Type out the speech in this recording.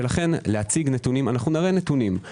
נראה נתונים,